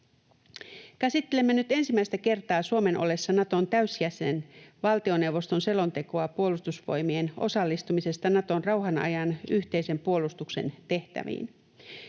Käsittelemme nyt ensimmäistä kertaa Suomen ollessa Naton täysjäsen valtioneuvoston selontekoa Puolustusvoimien osallistumisesta Naton rauhanajan yhteisen puolustuksen tehtäviin.